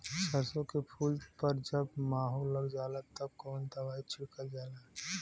सरसो के फूल पर जब माहो लग जाला तब कवन दवाई छिड़कल जाला?